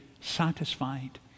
satisfied